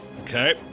Okay